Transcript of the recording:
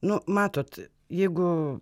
nu matot jeigu